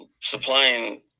Supplying